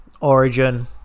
Origin